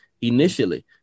initially